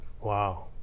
wow